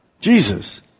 Jesus